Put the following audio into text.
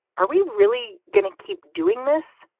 are we really going to keep doing this?